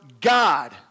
God